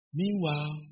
meanwhile